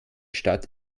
stadt